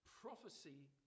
Prophecy